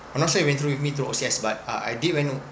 I'm not sure you went through with me through O_C_S but I did went to